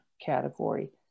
category